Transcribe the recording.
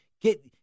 get